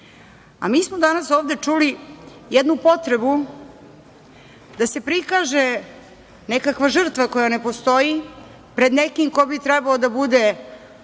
smo danas ovde čuli jednu potrebu da se prikaže nekakva žrtva koja ne postoji pred nekim ko bi trebao da bude ili